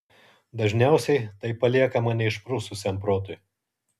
dažniausiai tai paliekama neišprususiam protui